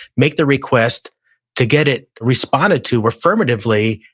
make the request to get it responded to affirmatively,